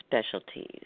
specialties